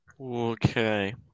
Okay